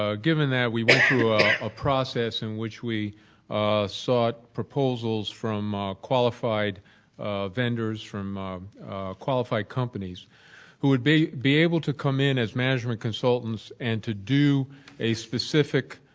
ah given that, we went through a process in which we sought proposals from ah qualified vendors from qualified companies who would be be able to come in as management consultants and to do a specific